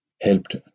helped